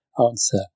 answer